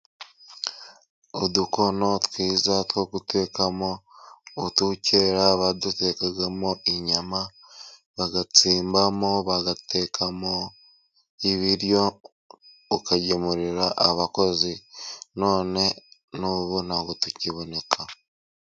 Udukono twiza two gutekamo utu kera badutekagamo inyama, bagatsimbamo, bagatekamo ibiryo ukagemurira abakozi none n'ubu ntabwo tukiboneka.